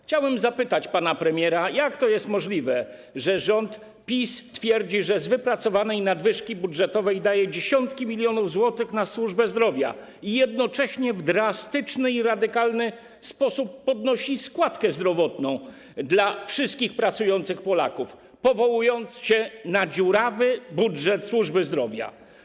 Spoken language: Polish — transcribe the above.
Chciałbym zapytać pana premiera, jak to jest możliwe, że rząd PiS twierdzi, że z wypracowanej nadwyżki budżetowej daje dziesiątki milionów złotych na służbę zdrowia, a jednocześnie w drastyczny i radykalny sposób podnosi składkę zdrowotną wszystkich pracujących Polaków, powołując się na dziurawy budżet służby zdrowia.